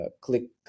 click